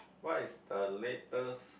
what is the latest